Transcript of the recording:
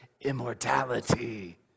immortality